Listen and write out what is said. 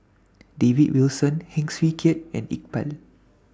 David Wilson Heng Swee Keat and Iqbal